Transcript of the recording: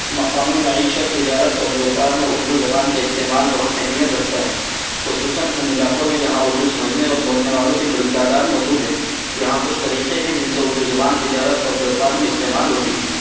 مقامی معیشت تجارت اور بیوپار میں اردو زبان کا استعمال بہت اہمیت رکھتا ہے خصوصاً ان علاقوں میں جہاں اردو سمجھنے اور بولنے والوں کی بڑی تعداد موجود ہے یہاں کچھ طریقے ہیں جن سے اردو زبان تجارت اور بیوپار میں استعمال ہوتی ہے